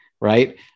right